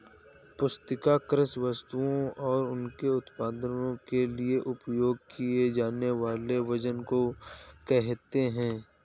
पुस्तिका कृषि वस्तुओं और उनके उत्पादों के लिए उपयोग किए जानेवाले वजन को कहेते है